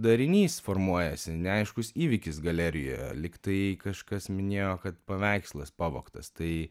darinys formuojasi neaiškus įvykis galerijoje lyg tai kažkas minėjo kad paveikslas pavogtas tai